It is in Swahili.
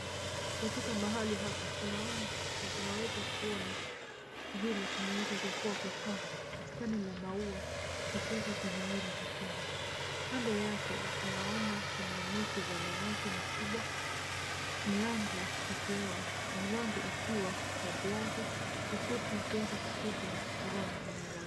Katikati mahali hapa tunaweza kuona vile kumeweza kukua kusafi, bustani la maua likiweza kunawiri vizuri. Kando yake tunaona kuna mito za minazi mikubwa, milango ikiwa ya blaki[ cs], ukuta ukiweza kupigwa rangi ya wa...